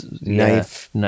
knife